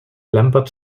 lambert